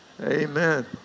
Amen